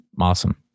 Awesome